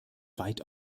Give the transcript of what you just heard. weit